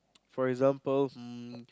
for example um